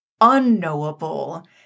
unknowable